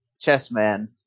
Chessman